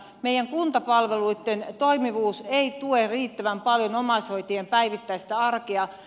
meidän kuntapalveluitten toimivuus ei tue riittävän paljon omaishoitajien päivittäistä arkea